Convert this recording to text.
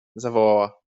zawołała